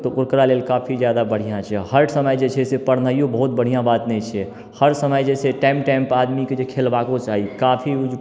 तऽ ओकरा लेल काफी जादा बढ़िआँ छै हर समय जे छै पढ़नाइयो बहुत बढ़िआँ बात नहि छै हर समय जे छै से टाइम टाइम पर आदमीके खेलबाको चाही काफी